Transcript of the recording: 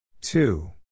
Two